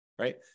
Right